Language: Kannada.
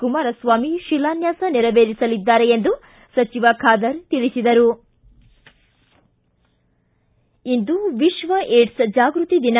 ಕುಮಾರಸ್ವಾಮಿ ಶಿಲಾನ್ವಾಸ ನೆರವೇರಿಸಲಿದ್ದಾರೆ ಎಂದು ಸಚಿವ ಖಾದರ್ ತಿಳಿಸಿದರು ಇಂದು ವಿಶ್ವ ಏಡ್ಸ್ ಜಾಗೃತಿ ದಿನ